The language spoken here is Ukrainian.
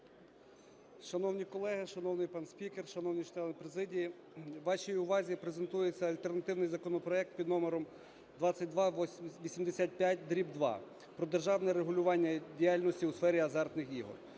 Шановні колеги, шановний пан спікер, шановні члени президії! Вашій увазі презентується альтернативний законопроект під номером 2285-2 про державне регулювання діяльності у сфері азартних ігор.